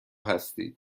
هستید